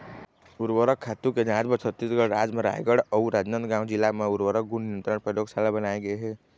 उरवरक खातू के जांच बर छत्तीसगढ़ राज म रायगढ़ अउ राजनांदगांव जिला म उर्वरक गुन नियंत्रन परयोगसाला बनाए गे हे